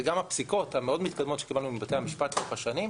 וגם הפסיקות המאוד מתקדמות שקיבלנו מבתי המשפט לאורך השנים,